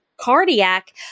cardiac